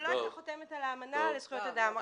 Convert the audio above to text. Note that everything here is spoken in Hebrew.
שלא הייתה חותמת על האמנה לזכויות אדם.